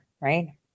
right